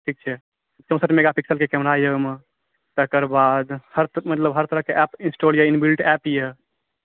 ठीक छै चौँसठि मेगा पिक्स़लके कैमरा यए ओहिमे तकर बाद मतलब हर तरह के एप्प इनस्टॉल यए इनबिल्ट एप्प यए